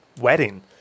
wedding